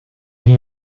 die